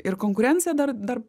ir konkurencija dar dar